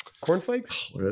cornflakes